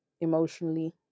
emotionally